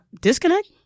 Disconnect